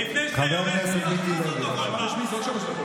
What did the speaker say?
חבר הכנסת מיקי לוי, בבקשה.